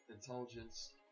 Intelligence